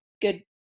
good